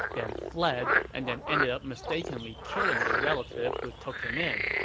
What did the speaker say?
then fled, and then ended up mistakenly killing the relative who took him in.